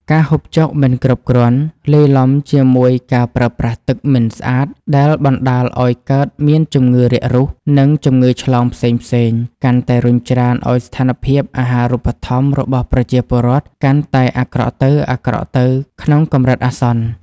ការហូបចុកមិនគ្រប់គ្រាន់ លាយឡំជាមួយការប្រើប្រាស់ទឹកមិនស្អាតដែលបណ្តាលឱ្យកើតមានជំងឺរាគរូស និងជំងឺឆ្លងផ្សេងៗ កាន់តែរុញច្រានឱ្យស្ថានភាពអាហារូបត្ថម្ភរបស់ប្រជាពលរដ្ឋកាន់តែអាក្រក់ទៅៗក្នុងកម្រិតអាសន្ន។